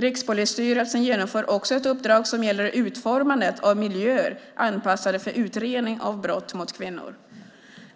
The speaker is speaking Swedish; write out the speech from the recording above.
Rikspolisstyrelsen genomför också ett uppdrag som gäller utformandet av miljöer anpassade för utredning av brott mot kvinnor.